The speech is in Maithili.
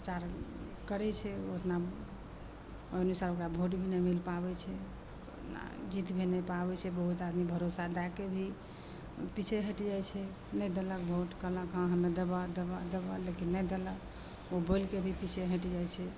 परचार करै छै ओतना अनुसार ओकरा भोट भी नहि मिलि पाबै छै जीति भी नहि पाबै छै बहुत आदमी भरोसा लैके भी पिछे हटि जाइ छै नहि देलक भोट कहलक हँ हम देबऽ देबऽ देबऽ लेकिन नहि देलक ओ बोलिके भी पीछे हटि जाए छै